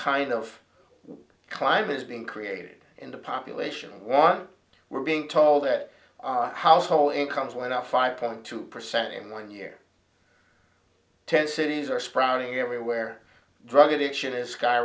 kind of climate is being created in the population one we're being told that household incomes went up five point two percent in one year ten cities are sprouting everywhere drug addiction is sky